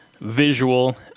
visual